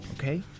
Okay